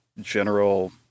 general